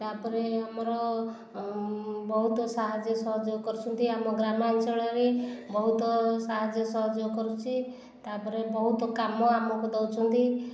ତାପରେ ଆମର ବହୁତ ସାହାଯ୍ୟ ସହଯୋଗ କରୁଛନ୍ତି ଆମ ଗ୍ରାମାଞ୍ଚଳରେ ବହୁତ ସାହାଯ୍ୟ ସହଯୋଗ କରୁଛି ତାପରେ ବହୁତ କାମ ଆମକୁ ଦେଉଛନ୍ତି